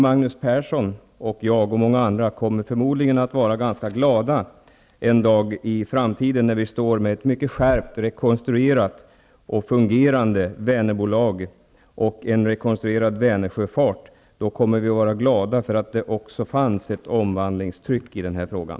Magnus Persson, jag och även många andra kommer förmodligen att vara ganska glada en dag i framtiden när vi har ett mycket skärpt, rekonstruerat och fungerande Vänerbolag och en rekonstruerad Vänersjöfart. Då kommer vi att vara glada över att det fanns ett omvandlingstryck i den här frågan.